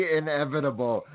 inevitable